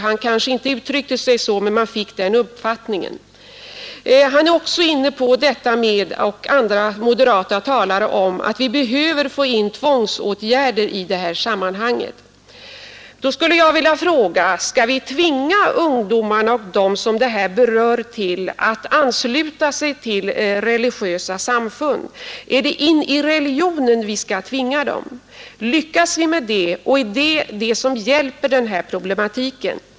Han kanske inte uttryckte sig så, men man fick uppfattningen att det var detta han menade. Herr Nilsson i Agnäs och andra moderata talare har också varit inne på att vi behöver få in tvångsåtgärder i det här sammanhanget. Då skulle jag vilja fråga: Skall vi tvinga ungdomarna och dem som det här berör att ansluta sig till religiösa samfund — är det in i religionen vi skall tvinga dem? Är det detta som hjälper när det gäller denna problematik?